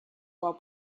while